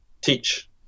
teach